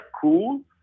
cool